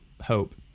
hope